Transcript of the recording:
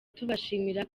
tubashimira